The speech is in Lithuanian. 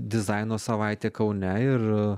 dizaino savaitė kaune ir